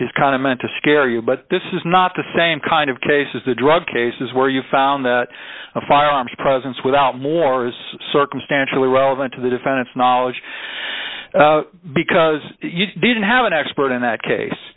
is kind of meant to scare you but this is not the same kind of cases the drug cases where you found that a firearms presence without more is circumstantial irrelevant to the defendant's knowledge because you didn't have an expert in that case